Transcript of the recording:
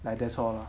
like that's all lor